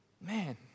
man